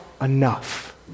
enough